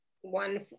one